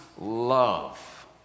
love